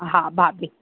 हा भाभी